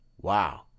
Wow